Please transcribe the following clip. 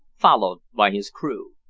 followed by his crew.